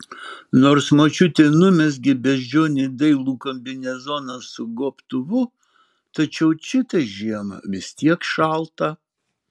nors močiutė numezgė beždžionei dailų kombinezoną su gobtuvu tačiau čitai žiemą vis tiek šalta